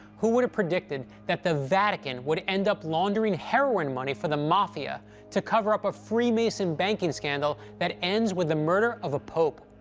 who would have predicted that the vatican would end up laundering heroin money for the mafia to cover up a freemason banking scandal that ends with the murder of a pope?